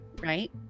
right